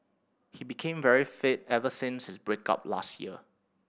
he became very fit ever since his break up last year